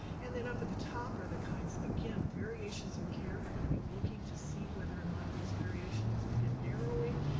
and then up at the top are the kinds, again, variations in care. we're gonna be looking to see whether or not those variations begin narrowing.